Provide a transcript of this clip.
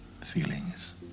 feelings